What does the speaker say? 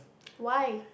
why